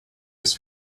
was